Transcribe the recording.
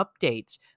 updates